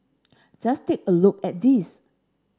just take a look at these